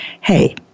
Hey